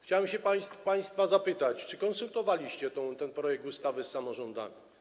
Chciałbym się państwa zapytać, czy konsultowaliście ten projekt ustawy z samorządami.